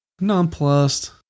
nonplussed